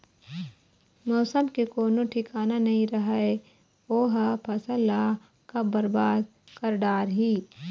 मउसम के कोनो ठिकाना नइ रहय ओ ह फसल ल कब बरबाद कर डारही